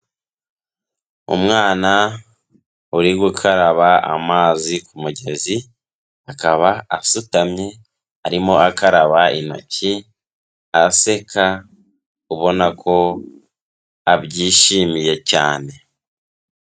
Umwana uri gukaraba amazi ku mugezi, akaba asutamye, arimo akaraba intoki, aseka, ubona ko abyishimiye cyane.